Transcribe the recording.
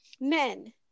men